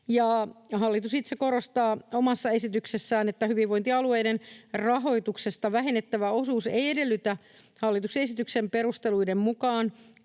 Hallitus itse korostaa omassa esityksessään, että hyvinvointialueiden rahoituksesta vähennettävä osuus ei edellytä hallituksen esityksen perusteluiden mukaan